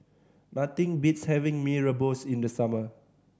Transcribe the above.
nothing beats having Mee Rebus in the summer